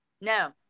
No